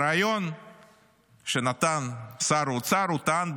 בריאיון שנתן שר האוצר הוא טען,